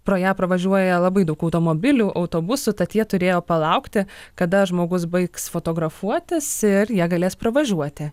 pro ją pravažiuoja labai daug automobilių autobusų tad jie turėjo palaukti kada žmogus baigs fotografuotis ir jie galės pravažiuoti